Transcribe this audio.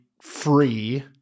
Free